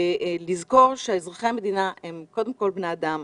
לזכור שאזרחי המדינה הם קודם כול בני אדם,